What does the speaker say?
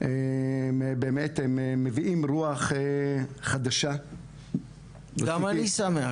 הם באמת מביאים רוח חדשה -- גם אני שמח.